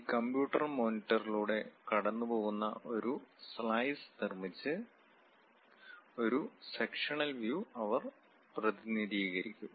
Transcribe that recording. ഈ കമ്പ്യൂട്ടർ മോണിറ്ററിലൂടെ കടന്നുപോകുന്ന ഒരു സ്ലൈസ് നിർമ്മിച്ച് ഒരു സെക്ഷനൽ വ്യൂ അവർ പ്രതിനിധീകരിക്കും